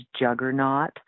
juggernaut